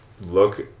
look